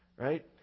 Right